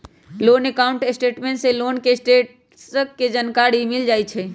loan account statement से loan के status के जानकारी मिल जाइ हइ